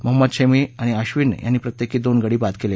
मोहम्मद शमी आणि अक्षिन यांनी प्रत्येकी दोन गडी बाद केले